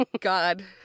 God